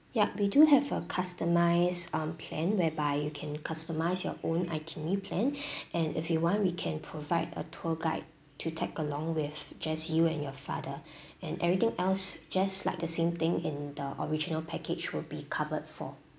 yup we do have a customized um plan whereby you can customize your own itinerary plan and if you want we can provide a tour guide to tag along with just you and your father and everything else just like the same thing in the original package will be covered for